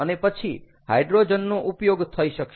અને પછી હાઈડ્રોજનનો ઉપયોગ થઈ શકશે